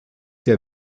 der